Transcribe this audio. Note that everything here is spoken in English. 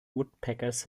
woodpeckers